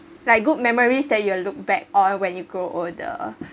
like good memories that you‘ll look back or when you grow older